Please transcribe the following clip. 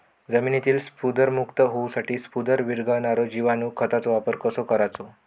जमिनीतील स्फुदरमुक्त होऊसाठीक स्फुदर वीरघळनारो जिवाणू खताचो वापर कसो करायचो?